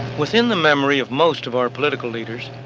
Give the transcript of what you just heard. within the memory of most of our political leaders,